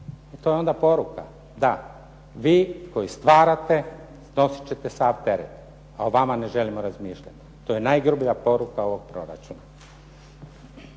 I to je onda poruka da vi koji stvarate nosit ćete sav teret, a o vama ne želimo razmišljati. To je najgrublja poruka ovog proračuna.